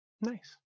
Nice